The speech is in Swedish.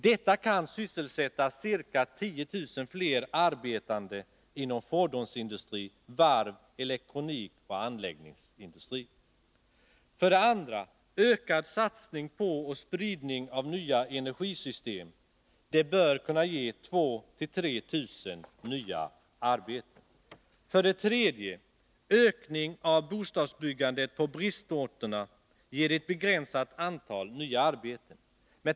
Detta kan sysselsätta ca 10 000 fler personer inom fordonsindustrin, varv, elektronik och anläggningsindustrin. 2. Ökad satsning på och spridning av nya energisystem. Det bör kunna ge 2000-3 000 nya arbeten. 3. Ökning av bostadsbyggandet på bristorterna ger ett begränsat antal nya arbeten.